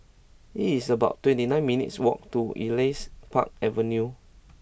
It's about twenty nine minutes' walk to Elias Park Avenue